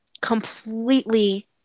completely